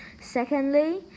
Secondly